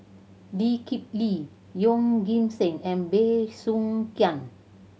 Lee Kip Lee Yeoh Ghim Seng and Bey Soo Khiang